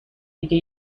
دیگه